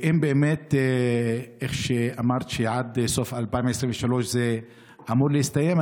אם באמת עד סוף 2023 זה אמור להסתיים,